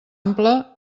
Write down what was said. ampla